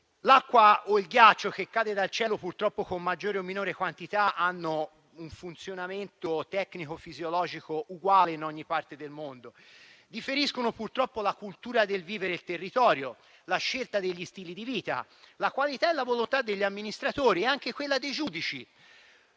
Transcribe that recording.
L'acqua o il ghiaccio che cadono dal cielo purtroppo con maggiore o minore quantità hanno un funzionamento tecnico e fisiologico uguale in ogni parte del mondo. A differire sono, purtroppo, la cultura del vivere il territorio, la scelta degli stili di vita, la qualità e la volontà degli amministratori, anche quella dei giudici,